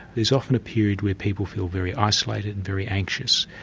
there's often a period where people feel very isolated and very anxious.